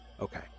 Okay